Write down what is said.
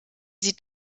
sie